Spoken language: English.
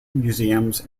museums